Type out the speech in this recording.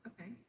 Okay